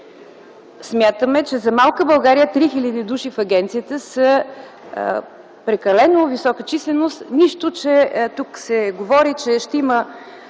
Смятаме, че за малка България 3000 души в агенцията са прекалено висока численост. Нищо, че тук се говори, че ще има